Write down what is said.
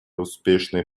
успешной